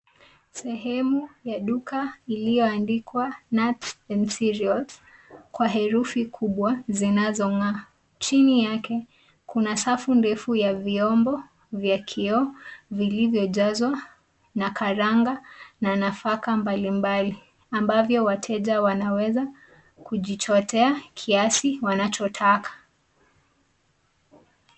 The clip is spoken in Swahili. Sehemu ya duka iliyoandikwa nuts and cereals kwa herufi kubwa zinazongaa. Chini yake kuna safu ndefu ya vyombo vya kioo vilivyojazwa na karanga na nafaka mbalimbali ambavyo wateja wanaweza kujichotea kiasi wanachotaka.